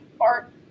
art